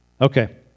Okay